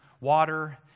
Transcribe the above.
water